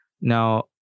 Now